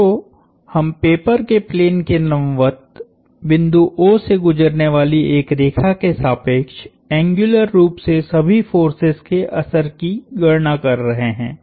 तो हम पेपर के प्लेन के लंबवत बिंदु O से गुजरने वाली एक रेखा के सापेक्ष एंग्युलर रूप से सभी फोर्सेस के असर की गणना कर रहे हैं